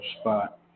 spot